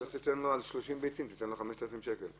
איך תיתן לו על 30 ביצים 5,000 שקל קנס?